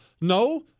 No